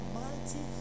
mighty